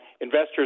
investors